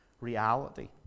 reality